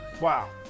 Wow